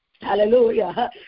Hallelujah